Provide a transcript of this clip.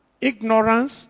Ignorance